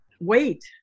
wait